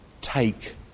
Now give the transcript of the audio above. Take